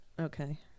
Okay